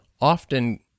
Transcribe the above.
often